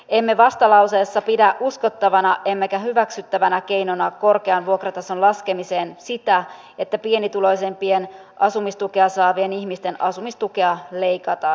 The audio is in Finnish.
emme vastalauseessa pidä uskottavana emmekä hyväksyttävänä keinona korkean vuokratason laskemiseen sitä että pienituloisimpien asumistukea saavien ihmisten asumistukea leikataan